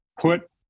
put